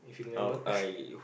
if you remember